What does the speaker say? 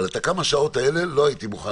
אבל את הכמה שעות האלה לא הייתי מוכן